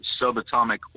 subatomic